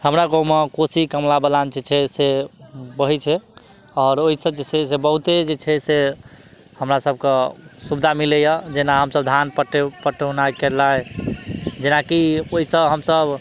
हमरा गाँवमे कोशी कमला बलान जे छै से बहै छै आओर ओहिसँ जे छै से बहुते जे छै से हमरा सब कऽ सुविधा मिलैया जेना हमसब धान पटौनी केलहुॅं जेनाकि ओहिसँ हमसब